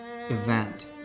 event